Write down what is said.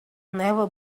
never